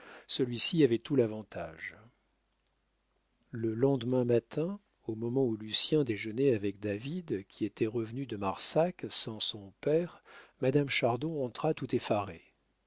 celui-ci avait tout l'avantage le lendemain matin au moment où lucien déjeunait avec david qui était revenu de marsac sans son père madame chardon entra tout effarée